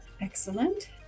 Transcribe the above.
excellent